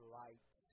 light